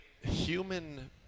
Human